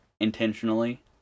intentionally